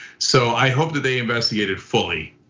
so i hope that they investigated fully.